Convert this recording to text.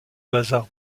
bazar